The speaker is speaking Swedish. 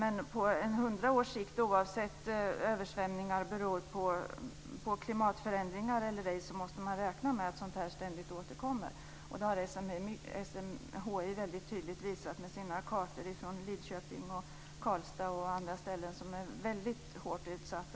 På 100 års sikt måste man - vare sig översvämningar beror på klimatförändringar eller ej - räkna med att sådant här ständigt återkommer. Det har SMHI väldigt tydligt visat med sina kartor från Lidköping och Karlstad och andra ställen som nu är hårt utsatta.